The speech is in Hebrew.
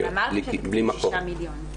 אבל אמרתם שהתקציב שישה מיליון.